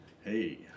Hey